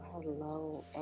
Hello